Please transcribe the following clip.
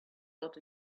got